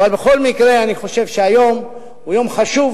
אבל בכל מקרה, אני חושב שהיום הוא יום חשוב,